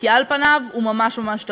כי על פניו הוא ממש ממש תמוה.